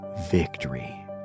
victory